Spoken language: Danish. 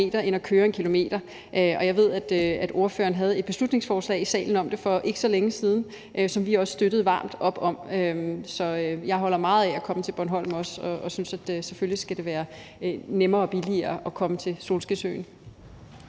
end at køre 1 km. Jeg ved, at ordføreren havde et beslutningsforslag i salen om det for ikke så længe siden, som vi også støttede varmt op om. Jeg holder også meget af at komme til Bornholm og synes selvfølgelig, at det skal være nemmere og billigere at komme til solskinsøen.